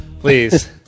please